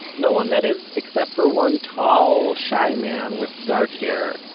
no one, that is, except for one tall, shy man, with dark hair,